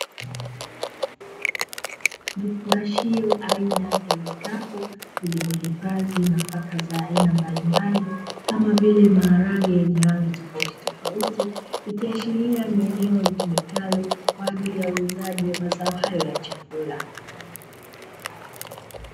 Vifungashio aina ya vikapu vilivyohifadhi nafaka za aina mbalimbali, kama vile maharage yenye rangi tofautitofauti, ikiashiria ni eneo litumikalo kwa ajili ya uuzaji wa mazao hayo ya chakula.